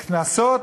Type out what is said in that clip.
קנסות,